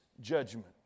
judgment